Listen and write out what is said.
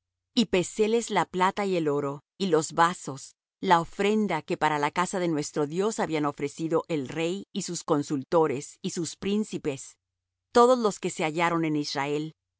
y peséles la plata y el oro y los vasos la ofrenda que para la casa de nuestro dios habían ofrecido el rey y sus consultores y sus príncipes todos los que se hallaron en israel